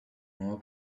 more